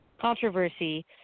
controversy